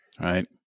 Right